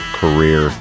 career